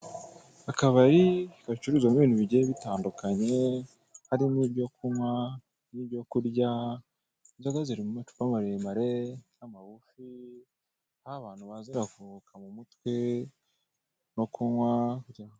Akabari gacururizwamo ibintu bigiye bitandukanye harimo ibyo kunywa n'ibyo kurya, inzoga ziri mu macupa maremare n'amagufi, aho abantu baza bakaruhuka mu mutwe no kunywa inzoga.